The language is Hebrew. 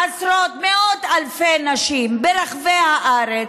עשרות, מאות אלפי נשים, ברחבי הארץ,